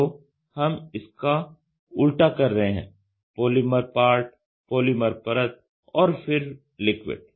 तो हम इसका उल्टा कर रहे हैं पॉलीमर पार्ट पॉलीमर परत और फिर लिक्विड